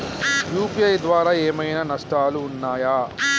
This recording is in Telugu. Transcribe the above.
యూ.పీ.ఐ ద్వారా ఏమైనా నష్టాలు ఉన్నయా?